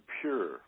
pure